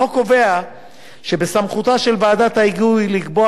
החוק קובע שבסמכותה של ועדת ההיגוי לקבוע